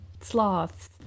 sloths